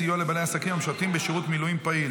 סיוע לבעלי עסקים המשרתים בשירות מילואים פעיל.